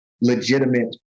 legitimate